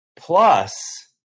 Plus